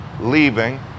leaving